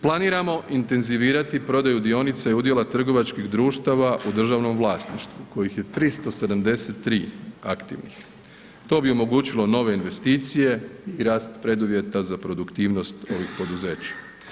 Planiramo intenzivirati prodaju dionica i udjela trgovačkih društava u državnom vlasništvu kojih je 373 aktivnih, to bi omogućilo nove investicije i rast preduvjeta za produktivnost ovih poduzeća.